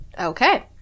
Okay